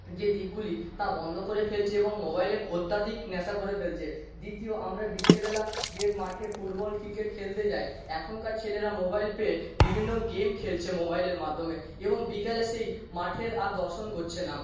যে দিকগুলি তা বন্ধ করে ফেলছে এবং মোবাইলের অত্যধিক নেশা করে ফেলছে দ্বিতীয় আমরা বিকেলবেলা যে মাঠে ফুটবল ক্রিকেট খেলতে যাই এখনকার ছেলেরা মোবাইল পেয়ে বিভিন্ন গেম খেলছে মোবাইলের মাধ্যমে এবং বিকেলের সেই মাঠের আর দর্শন করছে না